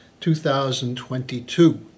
2022